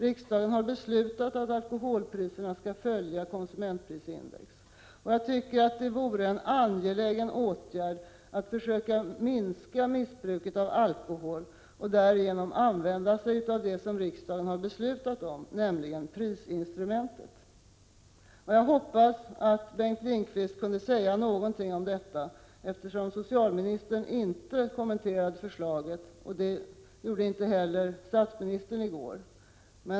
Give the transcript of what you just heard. Riksdagen har beslutat att alkoholpriserna skall följa konsumentprisindex. Det vore en angelägen uppgift att försöka minska missbruket av alkohol och därvid använda sig av den åtgärd som riksdagen har beslutat om — nämligen prisinstrumentet. Jag hoppas att Bengt Lindqvist skulle kunna säga något om detta, eftersom socialministern inte kommenterade förslaget. Det gjorde inte heller statsministern i går.